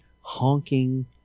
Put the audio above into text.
honking